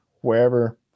wherever